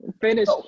Finish